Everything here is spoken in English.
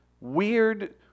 weird